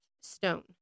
stone